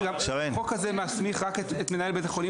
החוק הזה מסמיך את מנהל בית החולים